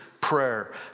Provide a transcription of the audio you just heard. prayer